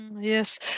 Yes